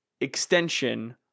extension